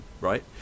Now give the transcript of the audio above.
right